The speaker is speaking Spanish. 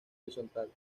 horizontal